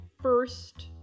first